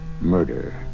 murder